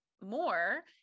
more